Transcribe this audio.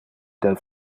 del